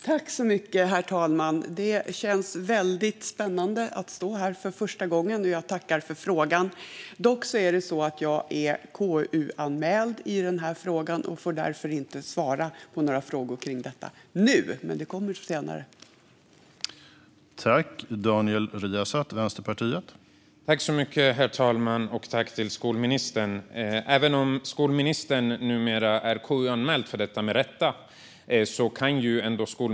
Herr talman! Det känns väldigt spännande att stå här för första gången. Jag tackar också för frågan. Dock är jag KU-anmäld i denna fråga och får därför nu inte svara på några frågor kring detta. Men det kommer senare.